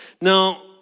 Now